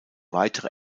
weitere